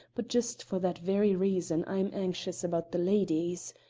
but just for that very reason i'm anxious about the lady's.